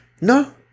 No